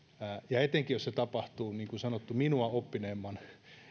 ja etenkin jos se tapahtuu niin kuin sanottu minua oppineemman